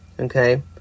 okay